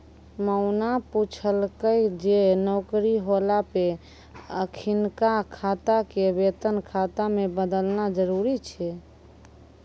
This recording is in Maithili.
मोना पुछलकै जे नौकरी होला पे अखिनका खाता के वेतन खाता मे बदलना जरुरी छै?